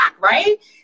right